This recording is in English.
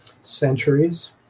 centuries